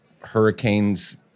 Hurricanes